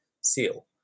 seal